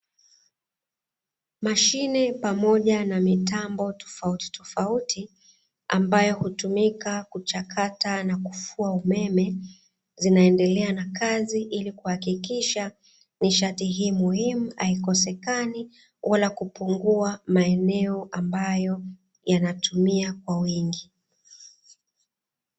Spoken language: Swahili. Mashine pamoja na mitambo tofauti tofauti, ambayo hutumika kuchakata na kufua umeme zinaendelea na kazi ili kuhakikisha nishati hii muhimu haikosekani wala kupungua maeneo ambayo yanatumia kwa wingi.